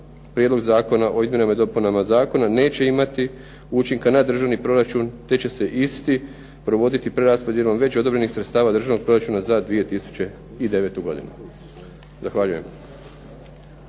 Prijedlog zakona o izmjenama i dopunama Zakona neće imati učinka na državni proračun te će se isti provoditi preraspodjelom već odobrenih sredstava državnog proračuna za 2009. godinu. Zahvaljujem.